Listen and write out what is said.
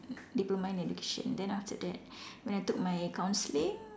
diploma in education then after that when I took my counselling